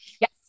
Yes